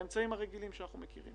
באמצעים הרגילים שאנחנו מכירים